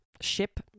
ship